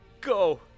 go